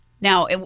Now